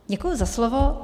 Děkuji za slovo.